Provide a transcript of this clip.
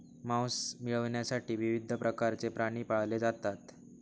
मांस मिळविण्यासाठी विविध प्रकारचे प्राणी पाळले जातात